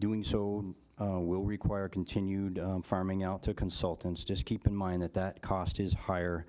doing so will require continued farming out to consultants just keep in mind that that cost is higher